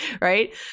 right